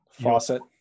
faucet